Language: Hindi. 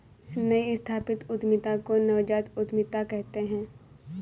नई स्थापित उद्यमिता को नवजात उद्दमिता कहते हैं